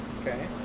Okay